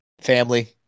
family